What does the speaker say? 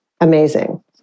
amazing